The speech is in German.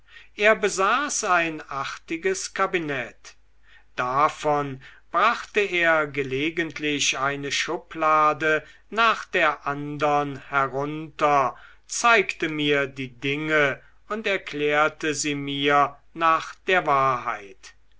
er besaß ein artiges kabinett davon brachte er gelegentlich eine schublade nach der andern herunter zeigte mir die dinge und erklärte sie mir nach der wahrheit